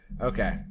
okay